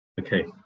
Okay